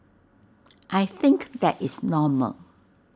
I think that is normal